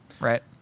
Right